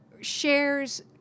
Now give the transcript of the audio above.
shares